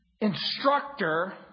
instructor